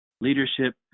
leadership